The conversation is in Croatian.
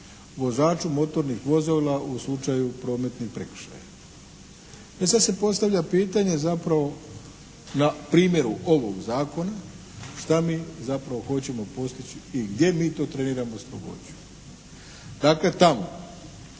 vozaču motornih vozila u slučaju prometnih prekršaja. E sad se postavlja pitanje zapravo na primjeru ovog zakona šta mi zapravo hoćemo postići i gdje mi to treniramo strogoću? Dakle tamo